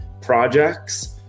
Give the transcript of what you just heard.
projects